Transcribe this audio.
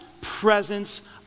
presence